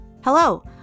Hello